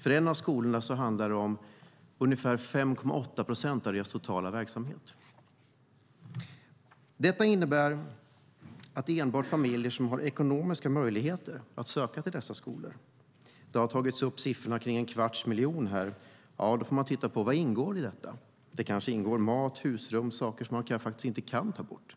För en av skolorna handlar det om ungefär 5,8 procent av dess totala verksamhet. Detta innebär att det är enbart familjer som har ekonomiska möjligheter som kan söka till dessa skolor. Här har nämnts avgifter på en kvarts miljon. Då får man titta på vad som ingår i detta. Det kanske ingår mat, husrum och saker som inte går att ta bort.